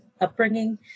upbringing